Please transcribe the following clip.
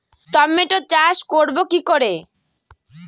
Tomato চাষ করব কি করে?